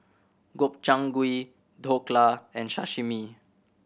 Gobchang Gui Dhokla and Sashimi